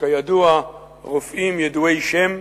כידוע רופאים ידועי שם,